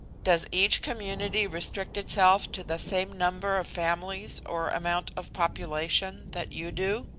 does each community restrict itself to the same number of families or amount of population that you do?